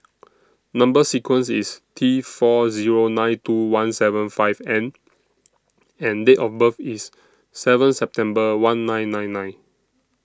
Number sequence IS T four Zero nine two one seven five N and Date of birth IS seven September one nine nine nine